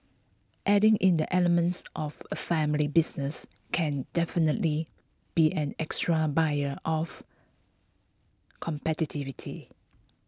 adding in the elements of A family business can definitely be an extra buyer of